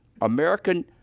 American